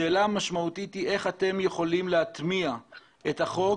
השאלה היא איך אתם יכולים להטמיע את החוק.